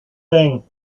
thing